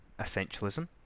Essentialism